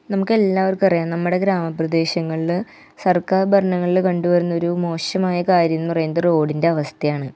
നമുക്കെല്ലാവര്ക്കും അറിയാം നമ്മുടെ ഗ്രാമ പ്രദേശങ്ങളിൽ സര്ക്കാര് ഭരണങ്ങളിൽ കണ്ട് വരുന്ന ഒരു മോശമായ കാര്യം എന്ന് പറയുന്നത് റോഡിന്റെ അവസ്ഥയാണ്